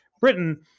Britain